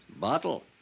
Bottle